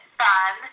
fun